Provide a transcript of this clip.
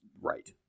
Right